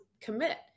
commit